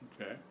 Okay